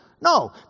No